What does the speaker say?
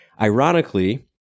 Ironically